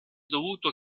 dovuto